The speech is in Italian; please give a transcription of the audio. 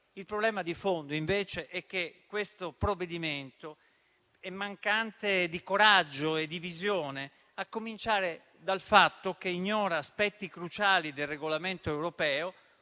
Il problema di fondo, invece, è che questo provvedimento è mancante di coraggio e di visione, a cominciare dal fatto che ignora aspetti cruciali del regolamento europeo,